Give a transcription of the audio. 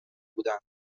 بودند